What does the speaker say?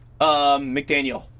McDaniel